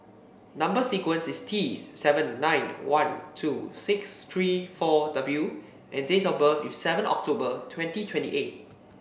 number sequence is T seven nine one two six three four W and date of birth is seven October twenty twenty eight